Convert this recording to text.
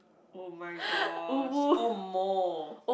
oh-my-gosh oh omo